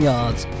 Yards